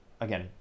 Again